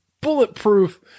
bulletproof